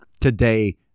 Today